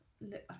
look